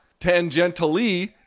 tangentially